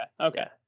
Okay